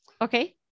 Okay